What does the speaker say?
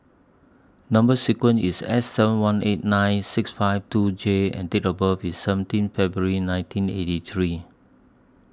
Number sequence IS S seven one eight nine six five two J and Date of birth IS seventeen February nineteen eighty three